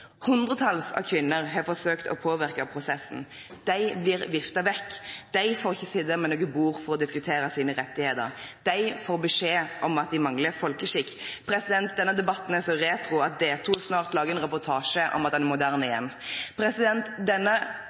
Hundretalls av kvinner har forsøkt å påvirke prosessen. De blir viftet vekk, de får ikke sitte ved noe bord for å diskutere sine rettigheter, de får beskjed om at de mangler folkeskikk. Denne debatten er så retro at D2 snart lager en reportasje om at den er moderne igjen. Denne